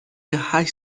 هشت